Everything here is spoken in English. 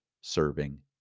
serving